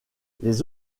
les